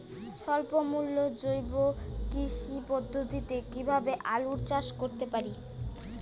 স্বল্প মূল্যে জৈব কৃষি পদ্ধতিতে কীভাবে আলুর চাষ করতে পারি?